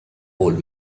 old